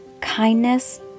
kindness